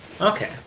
Okay